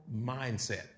mindset